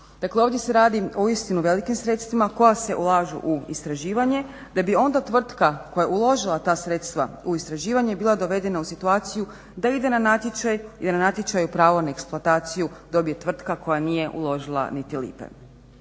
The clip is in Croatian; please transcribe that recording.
ovdje se radi o uistinu velikim sredstvima koja se ulažu u istraživanje da bi onda tvrtka koja je uložila ta sredstva u istraživanje bila dovedena u situaciju da ide na natječaj jer na natječaju pravo na eksploataciju dobije tvrtka koja nije uložila niti lipe.